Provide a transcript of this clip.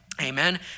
amen